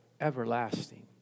everlasting